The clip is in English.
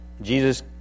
Jesus